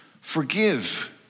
Forgive